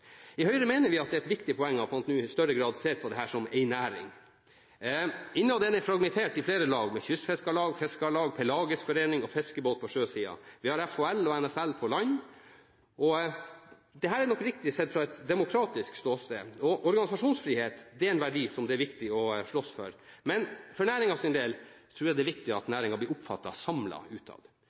I Høyre mener vi at det er et viktig poeng at man nå i større grad ser på dette som én næring, selv om den er fragmentert i flere lag – med kystfiskerlag, fiskerlag, Pelagisk Forening og Fiskebåt på sjøsiden, og med FHL og NSL på land. Dette er nok riktig sett fra et demokratisk ståsted – og organisasjonsfrihet er en verdi det er viktig å slåss for – men for næringens del er det viktig at den blir oppfattet samlet utad. En samlet sjømatnæring, og sjømatnæringen som begrep, blir det